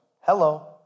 Hello